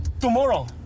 Tomorrow